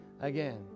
again